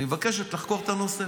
אני מבקשת לחקור את הנושא.